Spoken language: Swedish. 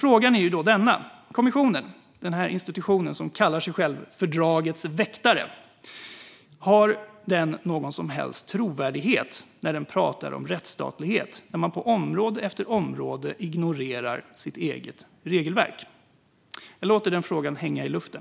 Har kommissionen, den institution som kallar sig fördragets väktare, någon som helst trovärdighet när den pratar om rättsstatlighet, när man på område efter område ignorerar sitt eget regelverk? Jag låter den frågan hänga i luften.